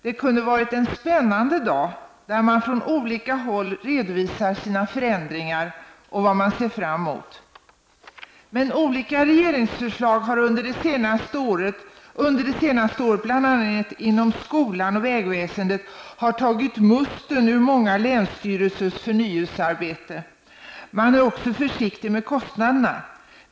Det kunde ha varit en spännande dag, där man från olika håll redovisat sina förändringar och vad man ser fram emot. Men olika regeringsförslag under det senaste året, bl.a. inom skolan och vägväsendet, har tagit musten ur många länsstyrelsers förnyelsearbete. Man är också försiktig med kostnaderna.